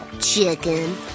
Chicken